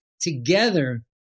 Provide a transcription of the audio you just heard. together